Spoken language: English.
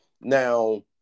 Now